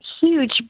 huge